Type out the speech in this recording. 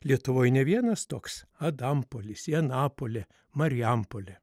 lietuvoj ne vienas toks adampolis janapolė marijampolė